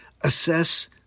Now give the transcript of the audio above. Assess